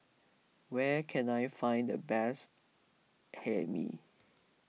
where can I find the best Hae Mee